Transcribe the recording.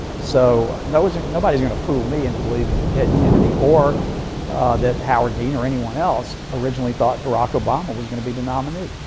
so nobody's nobody's going to fool me into believing that ted kennedy or that howard dean or anyone else originally thought barack obama was going to be the nominee.